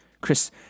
Chris